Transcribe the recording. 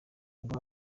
ngo